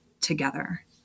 together